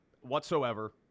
whatsoever